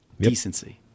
decency